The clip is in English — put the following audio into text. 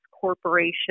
Corporation